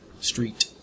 Street